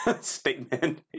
statement